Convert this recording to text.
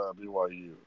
BYU